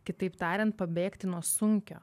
kitaip tariant pabėgti nuo sunkio